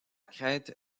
crète